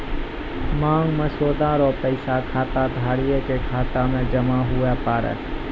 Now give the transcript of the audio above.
मांग मसौदा रो पैसा खाताधारिये के खाता मे जमा हुवै पारै